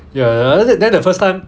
ya and then the first time